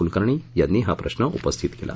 कुलकर्णी यांनी हा प्रश्न उपस्थित केला